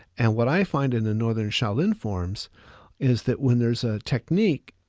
and what i find in the northern shaolin forms is that when there's a technique,